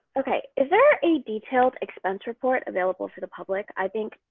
okay. is there a detailed expense report available to the public? i think,